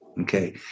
Okay